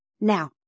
Now